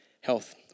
health